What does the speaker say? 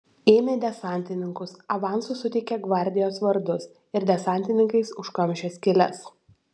ėmė desantininkus avansu suteikė gvardijos vardus ir desantininkais užkamšė skyles